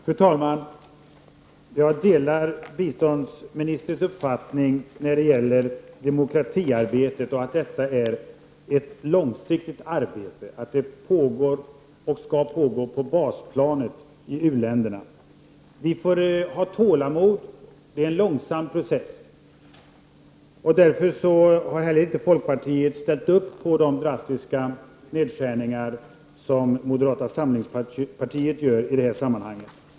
Fru talman! Jag delar biståndsministerns uppfattning när det gäller demokratiarbetet, att det är ett långsiktigt arbete och att det pågår och skall pågå på basplanet i u-länderna. Vi får ha tålamod. Det är en långsam pro Cess. Folkpartiet har därför inte ställt upp på de drastiska nedskärningar som moderata samlingspartiet vill göra i detta sammanhang.